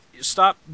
Stop